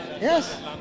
Yes